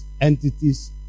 entities